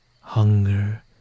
hunger